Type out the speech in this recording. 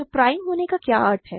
तो प्राइम होने का क्या अर्थ है